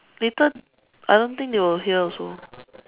later I don't think they will hear also